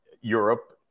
Europe